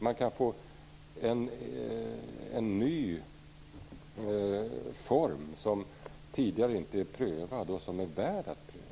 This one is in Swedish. Man kan få en ny form, som tidigare inte är prövad och som är värd att pröva.